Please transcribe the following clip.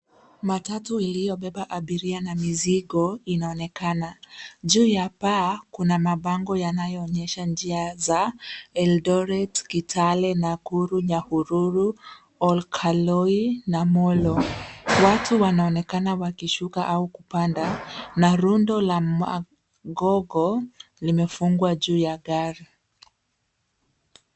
Matatu iliobeba abiria na mizigo inaonekana juu ya paa kuna mabango yanayoonyesha njia za eldoret, kitale, nakuru, nyahururu, olkaloi na molo. Watu wanaonekana wakishuka au kupanda na rundo la magogo limefungwa juu ya gari.